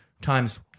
times